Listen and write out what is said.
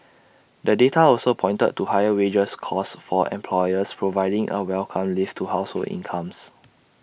the data also pointed to higher wages costs for employers providing A welcome lift to household incomes